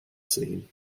scene